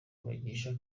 bigisha